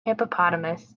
hippopotamus